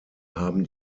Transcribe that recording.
haben